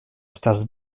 estas